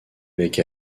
avec